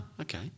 okay